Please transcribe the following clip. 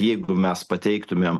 jeigu mes pateiktumėm